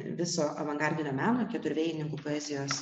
viso avangardinio meno keturvėjininkų poezijos